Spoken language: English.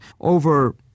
Over